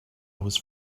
was